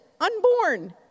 unborn